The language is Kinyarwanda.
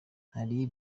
hari